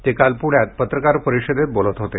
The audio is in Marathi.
ते काल पुण्यात पत्रकार परिषदेत बोलत होते